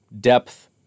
depth